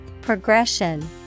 Progression